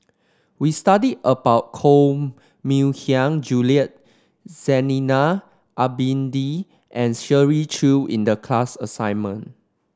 we studied about Koh Mui Hiang Julie Zainal Abidin and Shirley Chew in the class assignment